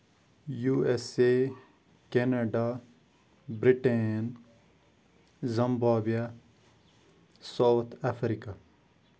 USA Canada Britain Zimbabwe South Africa